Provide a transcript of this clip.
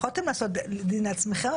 יכולתם לעשות דין לעצמכם,